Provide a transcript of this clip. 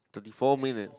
thirty four minutes